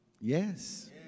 Yes